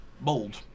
bold